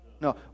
No